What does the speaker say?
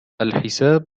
الحساب